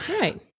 Right